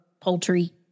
poultry